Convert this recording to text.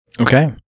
Okay